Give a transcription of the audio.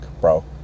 bro